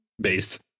Based